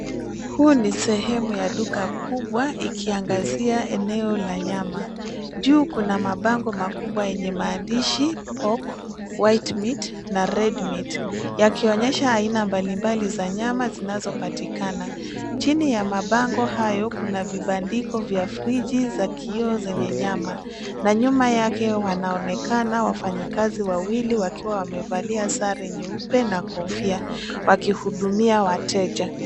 Hii ni sehemu ya duka kubwa ikiangazia eneo la nyama. Juu kuna mabango makubwa yenye maandishi (cs) pork, white meat (cs) na (cs) red meat (cs) yakionyesha aina mbali mbali za nyama zinazo patikana. Chini ya mabango hayo kuna vibandiko vya frigi za kioo zenye nyama na nyuma yake wanaonekana wafanyikazi wawili wakiwa wamevalia sare nyeupe na kofia wakihudumia wateja.